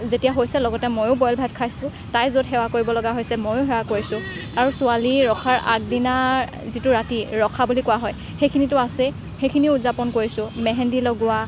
যেতিয়া হৈছে লগতে মইয়ো বইল ভাত খাইছোঁ তাই য'ত সেৱা কৰিব লগা হৈছে মইয়ো সেৱা কৰিছোঁ আৰু ছোৱালী ৰখাৰ আগদিনাৰ যিটো ৰাতি ৰখা বুলি কোৱা হয় সেইখিনিতো আছেই সেইখিনিও উদযাপন কৰিছোঁ মেহেন্দি লগোৱা